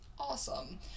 awesome